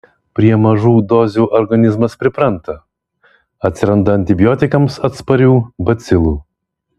prie mažų dozių organizmas pripranta atsiranda antibiotikams atsparių bacilų